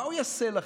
מה הוא יעשה לכם?